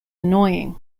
annoying